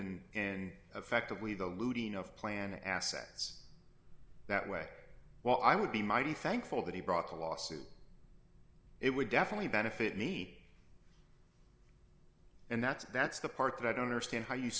in and effectively the looting of planning assets that way while i would be mighty thankful that he brought a lawsuit it would definitely benefit me and that's that's the part that i don't understand how you